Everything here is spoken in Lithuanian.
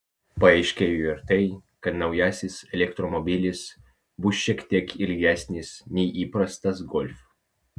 paaiškėjo ir tai kad naujasis elektromobilis bus šiek tiek ilgesnis nei įprastas golf